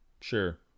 sure